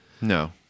No